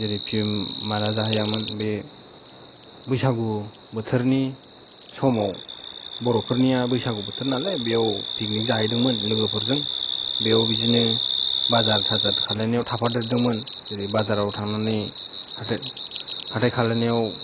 जेरै फिम माला जाहैयामोन बे बैसागु बोथोरनि समाव बर'फोरनिया बैसागु बोथोर नालाय बेव पिकनिक जाहैदोंमोन लोगोफोरजों बेव बिदिनो बाजार थाजार खालायनायाव थाफादेरदोंमोन जेरै बाजाराव थांनानै हाथाय हाथाय खालायनायाव